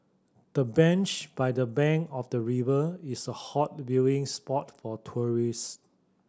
the bench by the bank of the river is a hot viewing spot for tourist